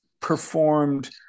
performed